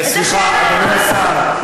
סליחה, אדוני השר.